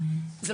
בקו המחשבה שלו,